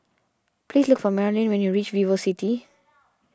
please look for Maralyn when you reach VivoCity